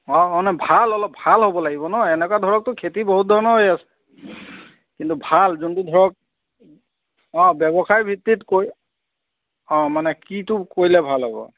অ মানে ভাল অলপ ভাল হ'ব লাগিব ন' এনেকুৱা ধৰকতো খেতি বহুত ধৰণৰ হৈ আছে কিন্তু ভাল যোনটো ধৰক অ ব্যৱসায় ভিত্তিত কৰি অ মানে কিটো কৰিলে ভাল হ'ব